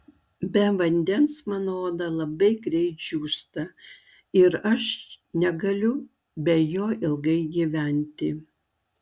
be vandens mano oda labai greit džiūsta ir aš negaliu be jo ilgai gyventi